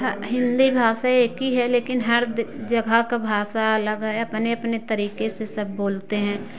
हिंदी भाषा एक ही है लेकिन हर जगह का भाषा अलग है अपने अपने तरीके से सब बोलते हैं